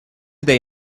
they